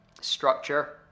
structure